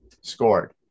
scored